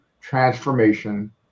transformation